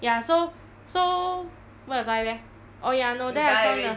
ya so so where was I leh oh ya no then I found a